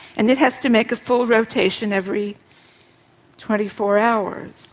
and it has to make a full rotation every twenty four hours.